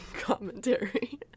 commentary